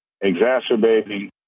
exacerbating